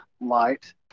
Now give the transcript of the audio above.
light